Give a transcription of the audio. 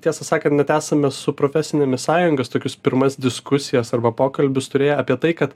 tiesą sakant net esame su profesinėmis sąjungas tokius pirmas diskusijas arba pokalbius turėję apie tai kad